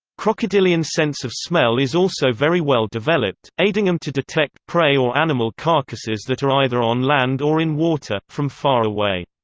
crocodilian sense of smell is also very well developed, aiding them to detect prey or animal carcasses that are either on land or in water, from far away.